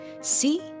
See